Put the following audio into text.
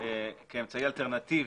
כאמצעי אלטרנטיבי,